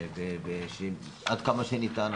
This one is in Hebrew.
עד כמה שניתן.